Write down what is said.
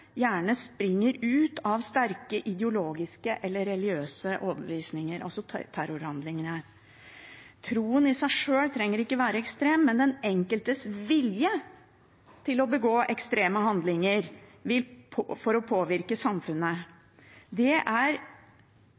gjerne springer ut av sterke ideologiske eller religiøse overbevisninger. Troen i seg sjøl trenger ikke være ekstrem, men den enkeltes vilje til å begå ekstreme handlinger for å påvirke samfunnet. Det har vi sett i mange saker. Er